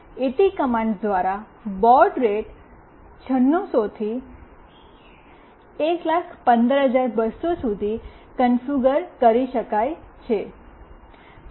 at commands દ્વારા baud rate 9600 થી 115200 સુધી કન્ફિગ્યર કરી શકાય છે